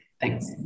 Thanks